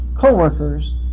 co-workers